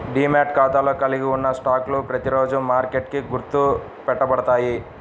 demat ఖాతాలో కలిగి ఉన్న స్టాక్లు ప్రతిరోజూ మార్కెట్కి గుర్తు పెట్టబడతాయి